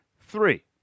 Three